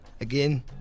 Again